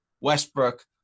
Westbrook